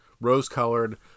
rose-colored